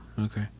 Okay